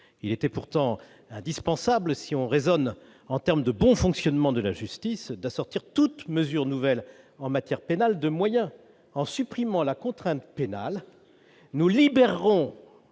Il était pourtant indispensable, si on raisonne en termes de bon fonctionnement de la justice, d'assortir toute mesure nouvelle en matière pénale de moyens. En supprimant la contrainte pénale, nous libérerons